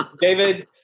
David